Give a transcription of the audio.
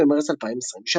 16 במרץ 2023